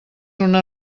una